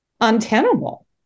untenable